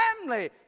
family